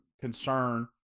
concern